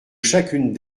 chacune